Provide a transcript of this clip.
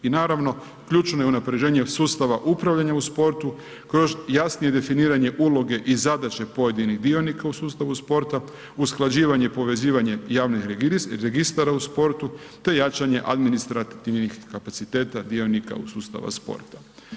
I naravno ključno je unapređenje sustava upravljanja u sportu kao još jasnije definiranje uloge i zadaće pojedinih dionika u sustavu sporta, usklađivanje i povezivanje javnih registara u sportu te jačanje administrativnih kapaciteta dionika sustava sporta.